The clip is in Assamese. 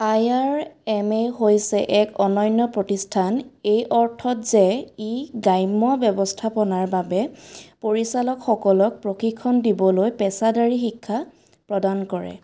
আই আৰ এম এ হৈছে এক অনন্য প্ৰতিষ্ঠান এই অৰ্থত যে ই গ্ৰাম্য ব্যৱস্থাপনাৰ বাবে পৰিচালকসকলক প্ৰশিক্ষণ দিবলৈ পেছাদাৰী শিক্ষা প্ৰদান কৰে